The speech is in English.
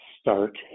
start